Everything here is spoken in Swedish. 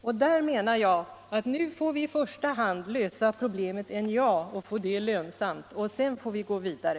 Därmed menar jag att nu får vi i första hand lösa problemet NJA och göra det företaget lönsamt, och sedan får vi gå vidare.